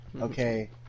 Okay